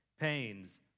pains